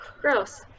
gross